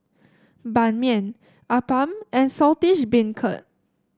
Ban Mian appam and Saltish Beancurd